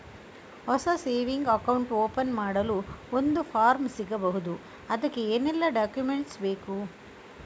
ಹೊಸ saving account open ಮಾಡಲು ಒಂದು ಫಾರ್ಮ್ ಸಿಗಬಹುದು? ಅದಕ್ಕೆ ಏನೆಲ್ಲಾ ಡಾಕ್ಯುಮೆಂಟ್ಸ್ ಬೇಕು?